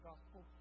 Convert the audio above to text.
Gospel